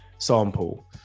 Sample